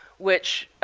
which